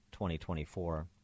2024